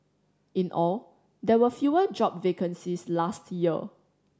in all there were fewer job vacancies last year